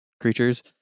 creatures